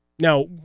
Now